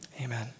Amen